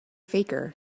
faker